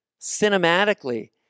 cinematically